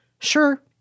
Sure